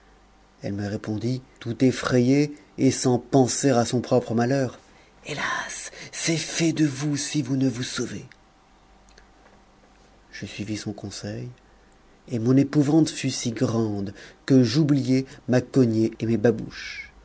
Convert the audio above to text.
elle me répondit tout effrayée et sans penser à son propre malheur hélas c'est fait de vous si vous ne vous sauvez je suivis son conseil et mon épouvante fut si grande que j'oubliai ma cognée et mes pabouches